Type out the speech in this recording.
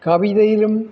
കവിതയിലും